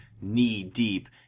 knee-deep